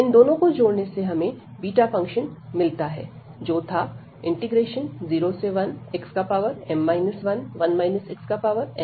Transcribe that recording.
इन दोनों को जोड़ने से हमें बीटा फंक्शन मिलता है जो था 01xm 11 xn 1dx